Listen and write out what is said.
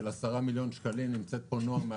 של 10 מיליון שקלים נמצאת פה נעם דן